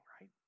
right